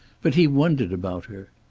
but he wondered about her,